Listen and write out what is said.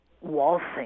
waltzing